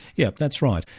yeah that's right.